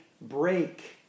break